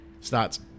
Starts